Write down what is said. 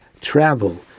travel